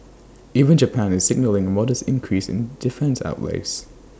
even Japan is signalling A modest increase in defence outlays